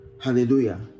Hallelujah